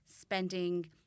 spending